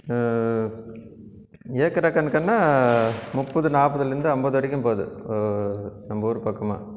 ஏக்கரா கணக்குன்னா முப்பது நாற்பதுலேருந்து ஐம்பது வரைக்கும் போது நம்ம ஊர் பக்கமாக